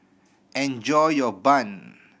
enjoy your bun